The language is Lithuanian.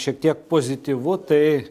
šiek tiek pozityvu tai